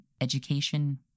education